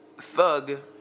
Thug